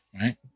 Right